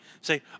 say